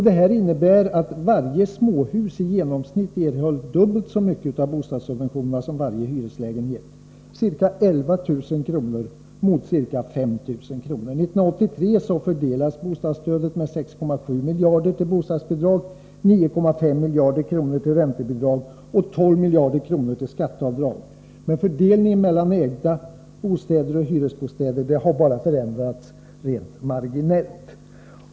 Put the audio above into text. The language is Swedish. Det innebär att varje småhus i genomsnitt erhöll dubbelt så mycket av bostadssubventioner som varje hyreslägenhet — ca 11 000 kr. mot ca 5 000 kr. År 1983 fördelades bostadsstödet med 6,7 miljarder på bostadsbidrag, 9,5 miljarder på räntebidrag och 12 miljarder på skatteavdrag, men fördelningen mellan ägda bostäder och hyresbostäder hade bara förändrats rent marginellt.